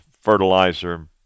fertilizer